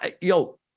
yo